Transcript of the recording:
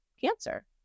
cancer